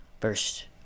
first